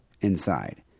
inside